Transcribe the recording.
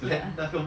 ya